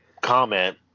comment